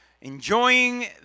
enjoying